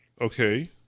okay